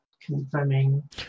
confirming